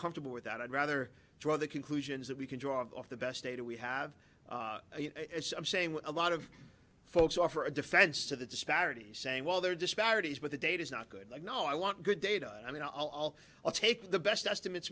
comfortable with that i'd rather draw the conclusions that we can draw off the best data we have it's i'm saying a lot of folks offer a defense to the disparities saying well there are disparities but the data is not good like no i want good data i mean i'll i'll take the best estimates